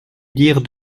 dire